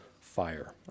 fire